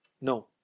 No